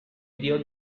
dio